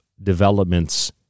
developments